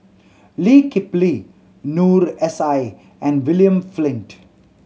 Lee Kip Lee Noor S I and William Flint